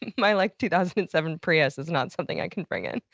my like two thousand and seven prius is not something i can bring in.